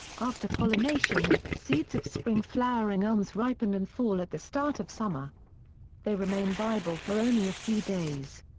after pollination, seeds of spring-flowering elms ripen and fall at the start of summer they remain viable for only a few days.